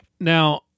Now